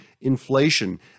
inflation